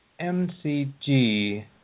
MCG